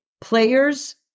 Players